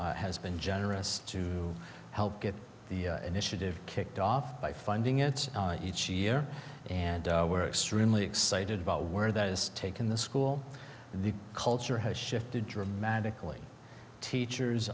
has been generous to help get the initiative kicked off by funding it each year and we're extremely excited about where that has taken the school the culture has shifted dramatically teachers